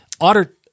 Otter